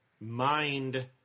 mind